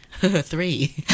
three